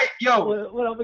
yo